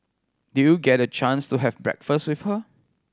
did you get a chance to have breakfast with her